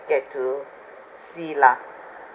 get to see lah